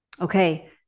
Okay